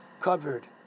covered